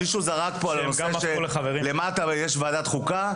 מישהו אמר פה משהו על ועדת החוקה,